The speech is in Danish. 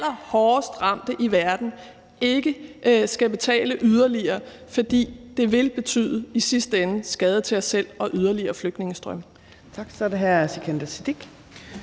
allerhårdest ramte i verden, ikke skal betale yderligere, for det vil i sidste ende skade os selv og medføre yderligere flygtningestrømme.